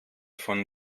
von